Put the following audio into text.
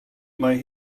mae